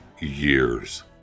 years